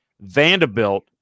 Vanderbilt